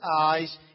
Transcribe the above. eyes